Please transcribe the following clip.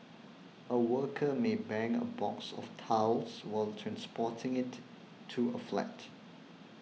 a worker may bang a box of tiles while transporting it to a flat